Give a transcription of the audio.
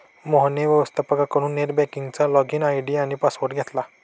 मोहनने व्यवस्थपकाकडून नेट बँकिंगचा लॉगइन आय.डी आणि पासवर्ड घेतला